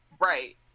Right